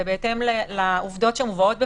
ובהתאם לעובדות שמובאות בפניו,